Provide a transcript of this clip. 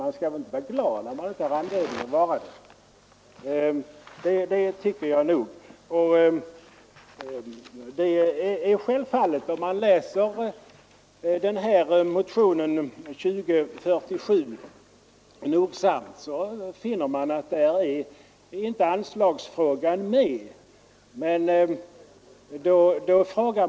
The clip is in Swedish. Man skall väl inte vara glad när man inte har anledning att vara det. Läser man motionen 2047 noga, finner man att anslagsfrågan där inte tas upp.